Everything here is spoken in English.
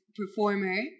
performer